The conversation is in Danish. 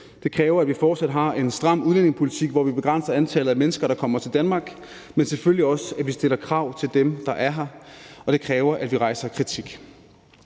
Det kræver, at vi fortsat har en stram udlændingepolitik, hvor vi begrænser antallet af mennesker, der kommer til Danmark, men selvfølgelig også, at vi stiller krav til dem, der er her, og det kræver, at vi rejser kritik.